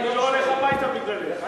אני לא הולך הביתה בגללך.